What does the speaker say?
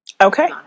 Okay